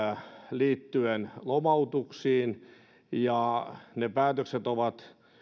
liittyen lomautuksiin ja ne päätökset ovat